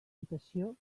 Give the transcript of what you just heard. diputació